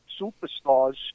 superstars